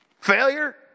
failure